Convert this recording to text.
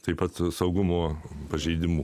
taip pat saugumo pažeidimu